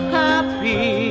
happy